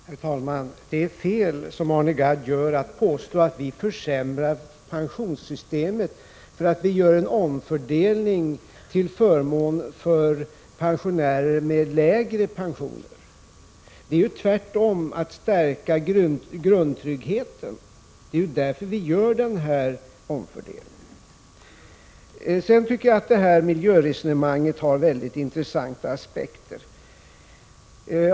Herr talman! Det är fel, som Arne Gadd gör, att påstå att vi försämrar pensionssystemet genom att vi gör en omfördelning till förmån för pensionärer med lägre pension. Det är tvärtom att stärka grundtryggheten — det är ju därför vi gör denna omfördelning. Jag tycker att miljöresonemanget har mycket intressanta aspekter.